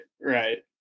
Right